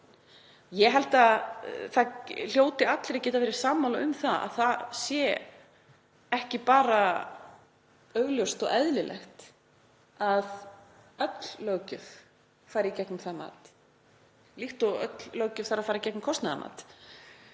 Ég held að það hljóti allir að geta verið sammála um að það sé ekki bara augljóst og eðlilegt að öll löggjöf fari í gegnum það mat, líkt og öll löggjöf þarf að fara í gegnum kostnaðarmat,